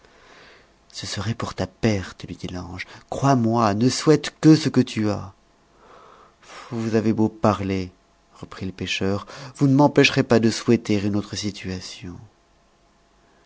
ce serait pour ta perte lui dit l'ange crois-moi ne souhaite que ce que tu as vous avez beau parler reprit le pêcheur vous ne m'empêcherez pas de souhaiter une autre situation